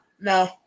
no